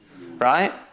right